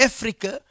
Africa